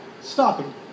stopping